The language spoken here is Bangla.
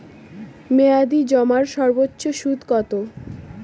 মেয়াদি জমার সর্বোচ্চ সুদ কতো?